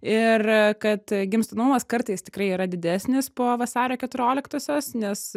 ir kad gimstamumas kartais tikrai yra didesnis po vasario keturioliktosios nes